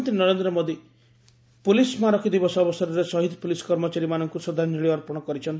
ପ୍ରଧାନମନ୍ତ୍ରୀ ନରେନ୍ଦ୍ର ମୋଦୀ ପୋଲି ସ୍କାରକୀ ଦିବସ ଅବସରରେ ଶହୀଦ ପୋଲିସ୍ କର୍ମଚାରୀମାନଙ୍କୁ ଶ୍ରଦ୍ଧାଞ୍ଚଳି ଅର୍ପଣ କରିଛନ୍ତି